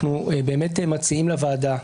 אנחנו מציעים לוועדה,